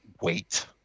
wait